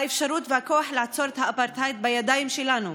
האפשרות והכוח לעצור את האפרטהייד הם בידיים שלנו.